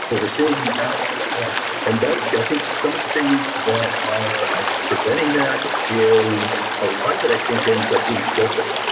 but we're seeing that as well and yeah i think some of the things that are preventing that is a lot of it i think ends up being skillset.